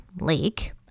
lake